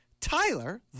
Tyler